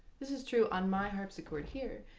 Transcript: this is true on my harpsichord here,